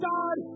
God